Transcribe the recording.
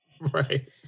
Right